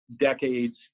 decades